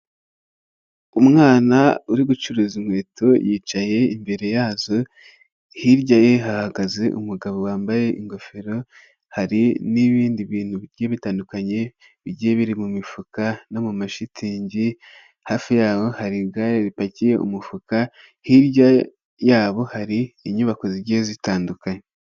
Umwana uri gucuruza inkweto yicaye imbere yazo, hirya ye hahagaze umugabo wambaye ingofero hari n'ibindi bintu bigiye bitandukanye bigiye biri mu mifuka no mu mashitingi, hafi y'aho hari igare ripakiye umufuka, hirya yabo hari inyubako zigiye zitandukanye.